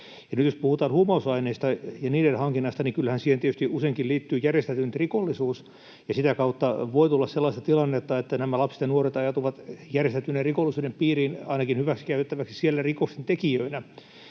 nyt jos puhutaan huumausaineista ja niiden hankinnasta, niin kyllähän siihen tietysti useinkin liittyy järjestäytynyt rikollisuus, ja sitä kautta voi tulla sellaista tilannetta, että nämä lapset ja nuoret ajautuvat järjestäytyneen rikollisuuden piiriin ainakin hyväksikäytettäväksi siellä rikosten tekijöinä,